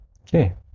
Okay